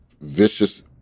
vicious